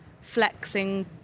flexing